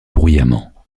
bruyamment